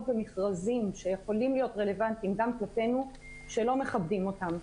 במכרזים שיכולים להיות רלוונטיים גם כלפינו שלא מכבדים אותם.